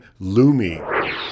Lumi